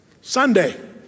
Sunday